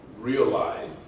realize